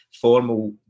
formal